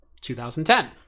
2010